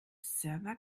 server